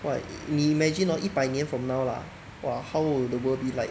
!wah! 你 imagine hor 一百年 from now lah !wah! how will the world be like